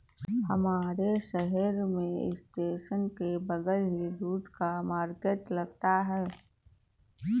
हमारे शहर में स्टेशन के बगल ही दूध का मार्केट लगता है